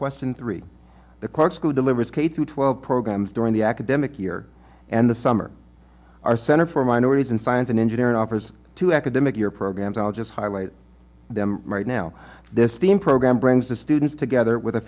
question three the clock school delivers k through twelve programs during the academic year and the summer our center for minorities in science and engineering offers two academic year programs i'll just highlight them right now this team program brings the students together with a